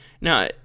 Now